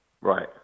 Right